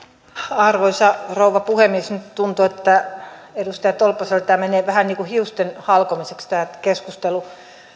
arvoisa rouva puhemies nyt tuntuu että edustaja tolppasella tämä keskustelu menee vähän niin kuin hiusten halkomiseksi